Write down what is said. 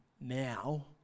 now